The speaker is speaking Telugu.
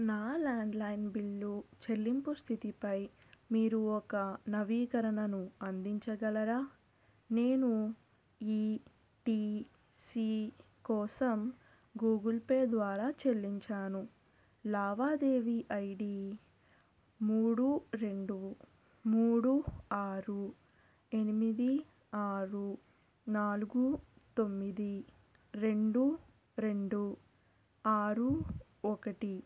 నా ల్యాండ్లైన్ బిల్లు చెల్లింపు స్థితిపై మీరు ఒక నవీకరణను అందించగలరా నేను ఈటీసీ కోసం గూగుల్ పే ద్వారా చెల్లించాను లావాదేవీ ఐడి మూడు రెండు మూడు ఆరు ఎనిమిది ఆరు నాలుగు తొమ్మిది రెండు రెండు ఆరు ఒకటి